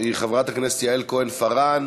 היא חברת הכנסת יעל כהן-פארן